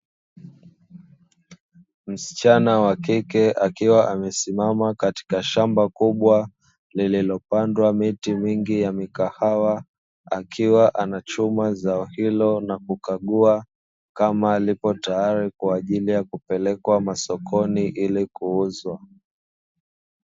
Msichana akiwa amesimama katika shamba kubwa, lililopandwa miti mingi ya mikahawa, akiwa nachuma zao hilo na kukagua, kama liko tayari kwa ajili ya kupelekwa masokoni ili kuuzwa.